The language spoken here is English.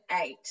eight